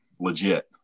legit